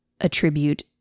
attribute